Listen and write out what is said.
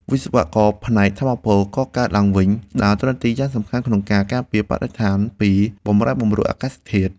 វិស្វករផ្នែកថាមពលកកើតឡើងវិញដើរតួនាទីយ៉ាងសំខាន់ក្នុងការការពារបរិស្ថានពីបម្រែបម្រួលអាកាសធាតុ។